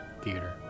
Theater